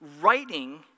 writing